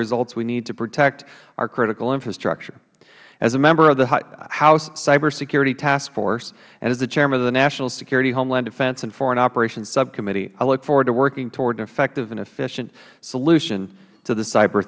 results we need to protect our critical infrastructure as a member of the house cybersecurity task force and as the chairman of the national security homeland defense and foreign operations subcommittee i look forward to working toward an effective and efficient solution to the cyber